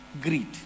Greed